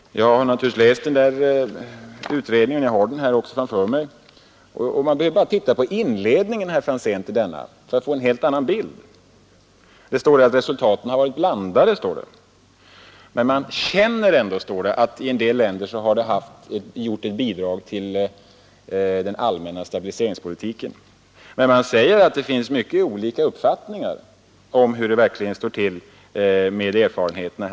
Jag har naturligtvis läst denna utredning och har den även framför mig här. Man behöver bara titta på inledningen till denna för att få en helt annan bild. Det står att resultaten är blandade. Men man tycker sig ändå känna, heter det, att i en del länder har ingripandena bidragit till den allmänna stabiliseringspolitiken. Man säger dock att det finns mycket olika uppfattningar om erfarenheterna.